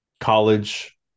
college